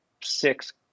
six